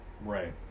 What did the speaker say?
Right